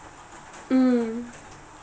mm